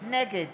נגד